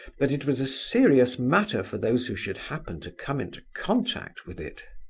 but it was a serious matter for those who should happen to come into contact with it.